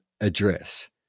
address